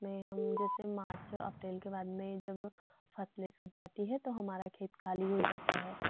उसमें हम जैसे मार्च अप्रैल के बाद में जब फसलें कट जाती हैं तो हमारा खेत खाली हो जाता है